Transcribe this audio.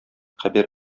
хәбәр